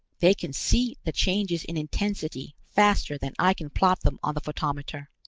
they can see the changes in intensity faster than i can plot them on the photometer!